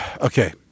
Okay